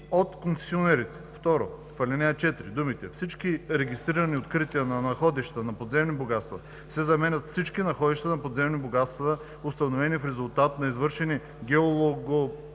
от концесионерите“. 2. В ал. 4 думите „всички регистрирани открития на находища на подземни богатства“ се заменят с „всички находища на подземни богатства, установени в резултат на извършени